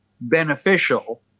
beneficial